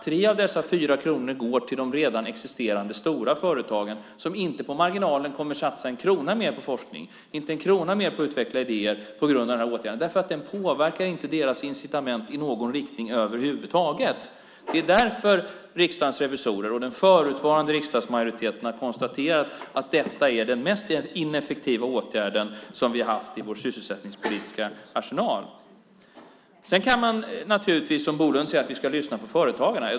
3 av dessa 4 kronor går ju till de redan existerande stora företagen som inte, på marginalen, kommer att satsa en krona mer på forskning. De kommer inte att satsa en krona mer på att utveckla idéer på grund av den här åtgärden. Den påverkar nämligen inte deras incitament i någon riktning över huvud taget. Det är därför Riksdagens revisorer och den förutvarande riksdagsmajoriteten har konstaterat att detta är den mest ineffektiva åtgärd som vi har haft i vår sysselsättningspolitiska arsenal. Sedan kan man naturligtvis, som Bolund säger, lyssna på företagarna.